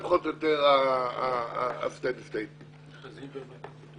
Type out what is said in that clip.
צריך להבין שמתוך כל אלה הבעיה שיש לנו